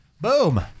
Boom